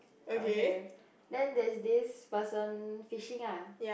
okay then there's this person fishing ah